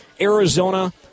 Arizona